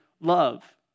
love